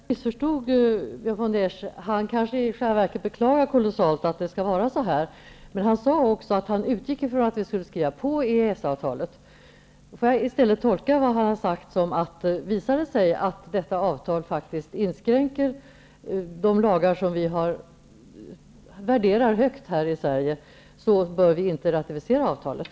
Fru talman! Jag kanske missförstod Björn von der Esch. Han kanske i själva verket kolossalt beklagar att det skall vara så här, men han sade också att han utgick från att vi skall skriva på EES-avtalet. Då får jag i stället tolka det som han har sagt så, att visar det sig att detta avtal faktiskt inskränker de lagar som vi värderar högt här i Sverige, bör vi inte ratificera avtalet.